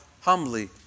humbly